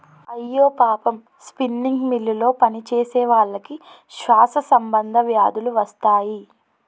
అయ్యో పాపం స్పిన్నింగ్ మిల్లులో పనిచేసేవాళ్ళకి శ్వాస సంబంధ వ్యాధులు వస్తాయి